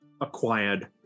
acquired